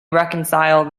reconcile